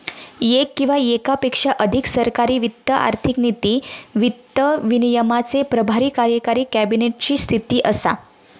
येक किंवा येकापेक्षा अधिक सरकारी वित्त आर्थिक नीती, वित्त विनियमाचे प्रभारी कार्यकारी कॅबिनेट ची स्थिती असा